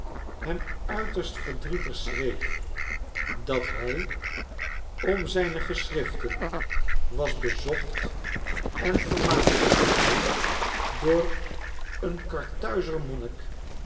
hem uiterst verdrietig schreef dat hij om zijne geschriften was bezocht en vermaand geworden door een karthuizer monnik